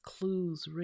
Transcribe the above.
clues